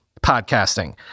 podcasting